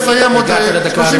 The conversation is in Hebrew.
אני אסיים עוד 30 שניות.